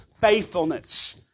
faithfulness